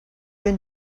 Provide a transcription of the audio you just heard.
been